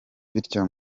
bityo